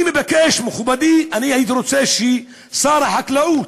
אני מבקש, מכובדי, אני הייתי רוצה ששר החקלאות,